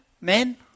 men